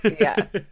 yes